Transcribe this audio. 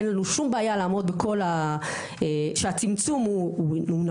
אין לנו שום בעיה שהצמצום הוא נכון,